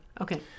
Okay